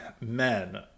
men